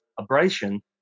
abrasion